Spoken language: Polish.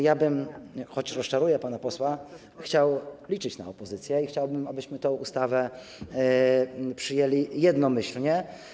Ja bym, choć rozczaruję pana posła, chciał liczyć na opozycję i chciałbym, abyśmy tę ustawę przyjęli jednomyślnie.